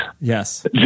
Yes